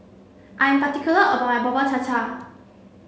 I am particular about my Bubur Cha Cha